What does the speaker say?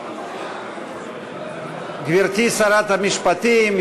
גברתי שרת המשפטים,